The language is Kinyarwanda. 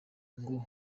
ngo